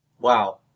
Wow